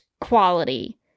quality